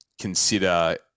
consider